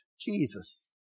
Jesus